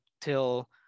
till